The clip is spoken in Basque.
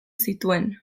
zituen